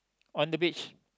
on the beach